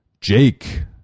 jake